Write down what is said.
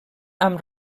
amb